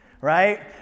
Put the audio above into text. right